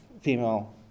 female